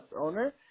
owner